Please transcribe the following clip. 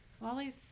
Wally's